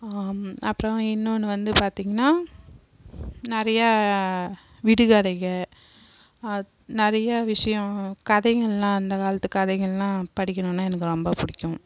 அப்றம் இன்னொன்று வந்து பார்த்தீங்கனா நிறையா விடுகதைகள் நிறையா விஷயம் கதைங்கள்லாம் அந்த காலத்து கதைங்கள்லாம் படிக்கணுனா எனக்கு ரொம்ப பிடிக்கும்